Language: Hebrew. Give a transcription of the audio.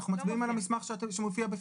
אנחנו מצביעים על המסמך שמופיע,